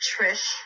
Trish